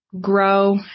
grow